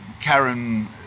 Karen